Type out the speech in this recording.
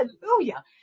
Hallelujah